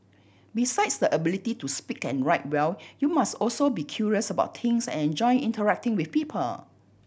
besides the ability to speak and write well you must also be curious about things and enjoy interacting with people